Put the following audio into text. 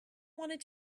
wanted